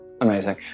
Amazing